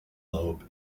lobe